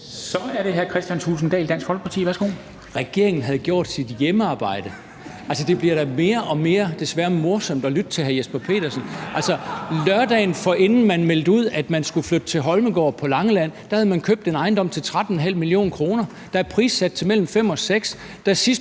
Kl. 09:54 Kristian Thulesen Dahl (DF): Regeringen havde gjort sit hjemmearbejde! Altså, det bliver da mere og mere – desværre – morsomt at lytte til hr. Jesper Petersen. Lørdagen forinden man meldte ud, at man skulle flytte til Holmegaard på Langeland, havde man købt en ejendom til 13,5 mio. kr., der er prissat til mellem 5 og 6